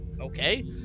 okay